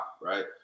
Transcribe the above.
right